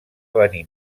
venir